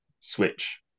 switch